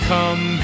Come